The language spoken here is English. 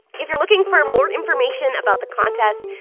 if you're looking for more information about the contest,